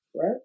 right